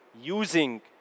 using